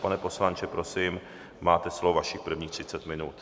Pane poslanče, prosím, máte slovo, vašich prvních 30 minut.